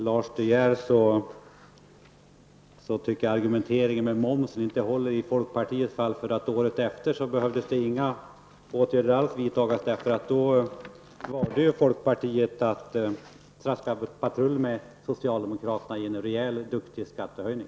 Lars De Geers argumentering när det gäller momsen håller inte i folkpartiets fall. Året därpå behövde man nämligen inte vidta några åtgärder alls, eftersom folkpartiet då valde att traska patrull med socialdemokraterna i en rejäl och duktig skattehöjning.